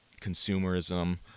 consumerism